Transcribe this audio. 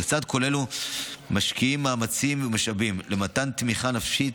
לצד כל אלו משקיעים מאמצים ומשאבים למתן תמיכה נפשית